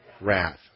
Wrath